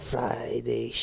Friday